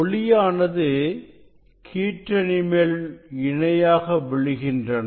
ஒளியானது கீற்றணி மேல் இணையாக விழுகின்றன